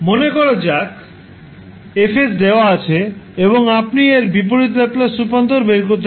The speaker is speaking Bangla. মনে করা যাক F দেওয়া আছে এবং আপনি এর বিপরীত ল্যাপ্লাস রূপান্তর বের করতে চান